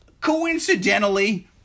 coincidentally